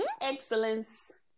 excellence